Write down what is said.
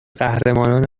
قهرمانان